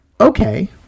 Okay